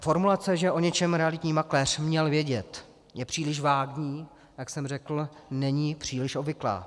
Formulace, že o něčem realitní makléř měl vědět, je příliš vágní, a jak jsem řekl, není příliš obvyklá.